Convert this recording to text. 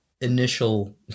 initial